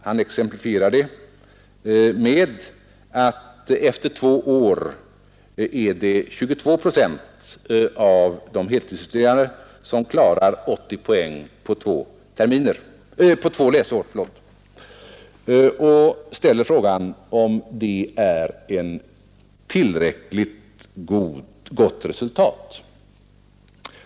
Han lämnade som exempel uppgiften att det efter två läsår är 22 procent av de heltidsstuderande som klarar 80 poäng och ställde frågan om det är ett tillräckligt gott resultat.